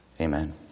Amen